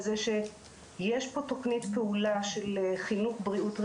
על זה שיש פה תוכנית פעולה של חינוך-בריאות-רווחה,